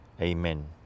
Amen